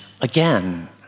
again